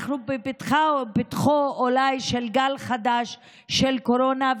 אנחנו אולי בפתחו של גל חדש של קורונה,